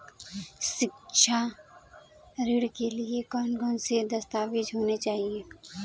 शिक्षा ऋण के लिए कौन कौन से दस्तावेज होने चाहिए?